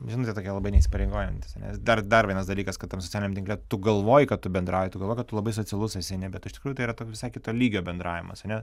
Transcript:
žinutė tokia labai neįsipareigojantis nes dar dar vienas dalykas kad tam socialiniam tinkle tu galvoji kad tu bendrauji tu galvoji kad tu labai socialus esi ane bet iš tikrųjų tai yra to visai kito lygio bendravimas ane